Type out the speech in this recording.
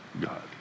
God